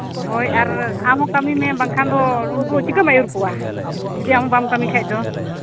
ᱦᱳᱭ ᱟᱨ ᱟᱢ ᱦᱚᱸ ᱠᱟᱹᱢᱤ ᱢᱮ ᱵᱟᱝᱠᱷᱟᱱ ᱫᱚ ᱩᱱᱠᱩ ᱫᱚ ᱪᱤᱠᱟᱹᱢ ᱟᱹᱭᱩᱨ ᱠᱚᱣᱟ ᱡᱩᱫᱤ ᱟᱢ ᱵᱟᱢ ᱠᱟᱹᱢᱤ ᱠᱷᱟᱱ ᱫᱚ